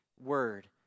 word